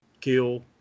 kill